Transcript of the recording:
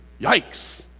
Yikes